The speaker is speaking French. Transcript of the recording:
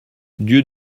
dieu